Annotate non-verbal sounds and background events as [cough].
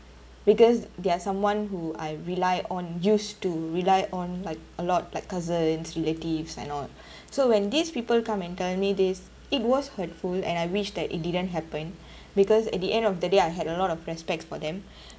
because they're someone who I rely on used to rely on like a lot like cousins relatives and all [breath] so when these people come and tell me these it was hurtful and I wish that it didn't happen [breath] because at the end of the day I had a lot of respect for them [breath]